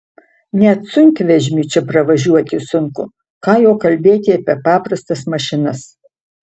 net sunkvežimiu čia pravažiuoti sunku ką jau kalbėti apie paprastas mašinas